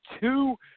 two